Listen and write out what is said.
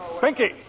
Pinky